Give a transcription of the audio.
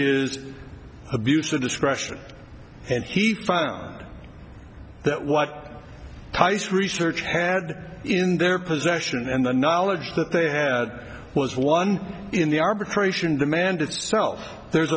is abuse of discretion and he tried on that what tice research had in their possession and the knowledge that they had was one in the arbitration demand itself there's